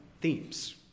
themes